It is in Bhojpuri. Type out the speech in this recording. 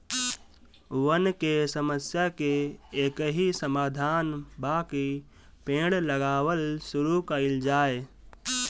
वन के समस्या के एकही समाधान बाकि पेड़ लगावल शुरू कइल जाए